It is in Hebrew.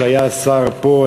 שהיה שר פה,